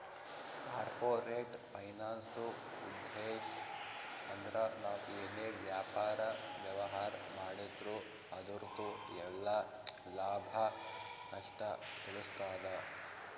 corporate ಫೈನಾನ್ಸ್ದುಉದ್ಧೇಶ್ ಅಂದ್ರ ನಾವ್ ಏನೇ ವ್ಯಾಪಾರ, ವ್ಯವಹಾರ್ ಮಾಡಿದ್ರು ಅದುರ್ದು ಎಲ್ಲಾ ಲಾಭ, ನಷ್ಟ ತಿಳಸ್ತಾದ